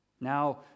Now